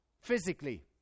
Physically